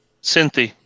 Cynthia